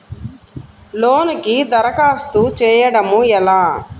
లోనుకి దరఖాస్తు చేయడము ఎలా?